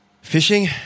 fishing